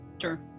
sure